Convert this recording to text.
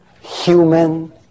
human